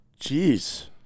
Jeez